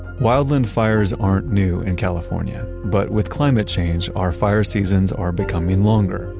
wildland fires aren't new in california, but with climate change, our fire seasons are becoming longer,